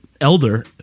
Elder